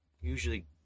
usually